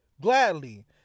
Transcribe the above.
gladly